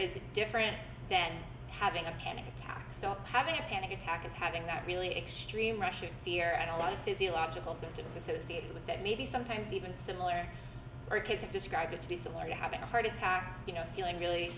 is different than having a panic attack so having a panic attack is having that really extreme fear and a lot of physiological symptoms associated with that maybe sometimes even similar or kids have described it to be similar to having a heart attack you know feeling really